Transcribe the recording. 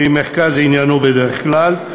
שהיא מרכז עניינו בדרך כלל,